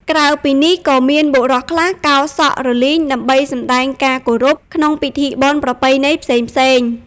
ក្រៅពីនេះ ក៏មានបុរសខ្លះកោរសក់រលីងដើម្បីសម្ដែងការគោរព ឬក្នុងពិធីបុណ្យប្រពៃណីផ្សេងៗ។